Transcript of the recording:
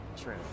true